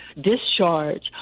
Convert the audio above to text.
discharge